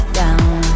down